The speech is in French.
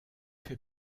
fait